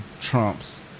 trumps